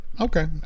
Okay